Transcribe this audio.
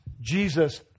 Jesus